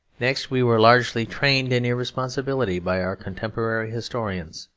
next, we were largely trained in irresponsibility by our contemporary historians,